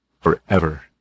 forever